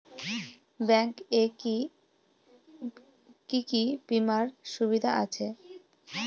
Bank এ কি কী বীমার সুবিধা আছে?